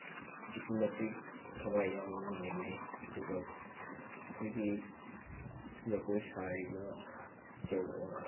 ꯑꯗꯨꯛꯀꯤ ꯃꯇꯤꯛ ꯊꯋꯥꯏ ꯌꯥꯎꯅ ꯌꯦꯡꯅꯩ ꯑꯗꯨꯒ ꯑꯩꯈꯣꯏꯒꯤ ꯖꯒꯣꯏ ꯁꯔꯤꯕ ꯏꯆꯜ ꯑꯣꯔ